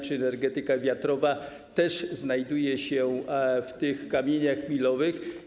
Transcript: Czy energetyka wiatrowa też znajduje się wśród tych kamieni milowych?